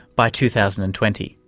by two thousand and twenty,